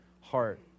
heart